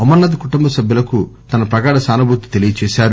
అమర్ నాధ్ కుటుంబ సభ్యులకు తన ప్రగాఢ సానుభూతి తెలియజేశారు